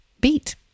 beat